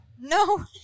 No